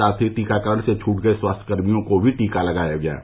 साथ ही टीकाकरण से छूट गए स्वास्थ्यकर्मियों को भी टीका लगाया जा रहा है